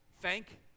thank